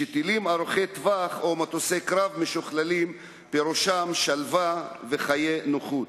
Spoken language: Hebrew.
ושטילים ארוכי טווח או מטוסי קרב משוכללים פירושם שלווה וחיי נוחות.